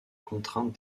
contrainte